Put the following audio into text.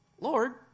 Lord